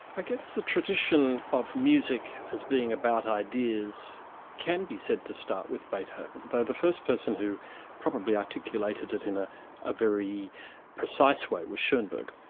i guess the tradition of music as being about ideas can be said to start with beethoven, though the first person who probably articulated it in a ah very precise way was schoenberg.